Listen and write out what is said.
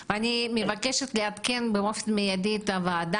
אני קניתי את זה מבית מרקחת לפני שבוע וחצי,